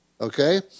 Okay